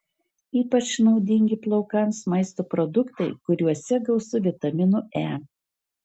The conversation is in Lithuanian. ypač naudingi plaukams maisto produktai kuriuose gausu vitamino e